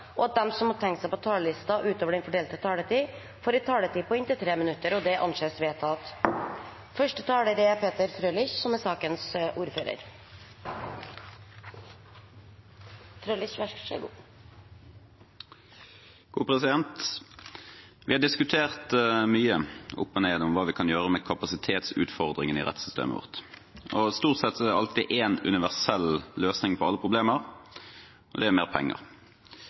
– innenfor den fordelte taletid – blir gitt anledning til replikkordskifte på inntil fem replikker med svar etter innlegg fra medlemmer av regjeringen, og at de som måtte tegne seg på talerlisten utover den fordelte taletid, får en taletid på inntil 3 minutter. – Det anses vedtatt. Vi har diskutert mye opp og ned om hva vi kan gjøre med kapasitetsutfordringene i rettssystemet vårt. Stort sett er det alltid én universell løsning på alle problemer, og det er